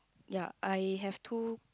ya I have two